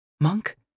Monk